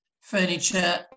furniture